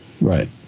Right